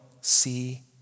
see